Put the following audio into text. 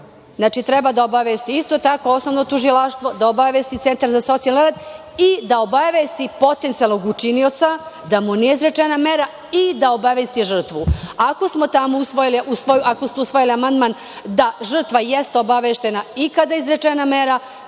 Znači, treba da obavesti isto tako osnovno tužilaštvo, da obavesti Centar za socijalni rad i da obavesti potencijalnog učinioca da mu nije izrečena mera i da obavesti žrtvu. Ako ste usvojili amandman da žrtva jeste obaveštena i kada je izrečena mera,